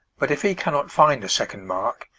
but if he cannot find a second mark,